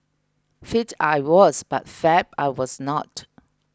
fit I was but fab I was not